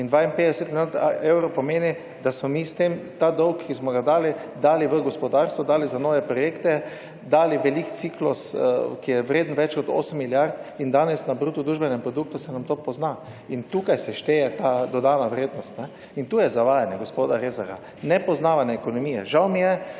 In 52 milijard evrov pomeni, da smo mi s tem ta dolg, ki smo ga dali, dali v gospodarstvo, dali za nove projekte, dali velik ciklus, ki je vreden več kot 8 milijard in danes na bruto družbenem produktu se nam to pozna. In tukaj se šteje ta dodana vrednost. In tu je zavajanje gospoda Rezarja, nepoznavanje ekonomije. Žal mi je,